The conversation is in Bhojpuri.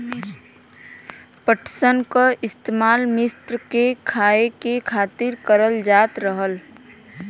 पटसन क इस्तेमाल मिस्र में खाए के खातिर करल जात रहल